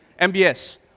MBS